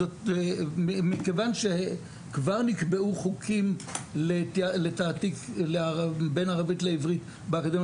מכיוון שכבר נקבעו חוקים לתעתיק בין ערבית לעברית באקדמיה